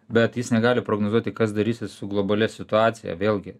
bet jis negali prognozuoti kas darysis su globalia situacija vėlgi